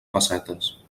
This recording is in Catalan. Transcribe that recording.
pessetes